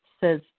says